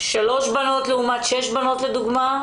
שלוש בנות לעומת שש בנות לדוגמא.